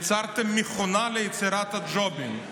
יצרתם מכונה ליצירת ג'ובים,